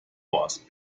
was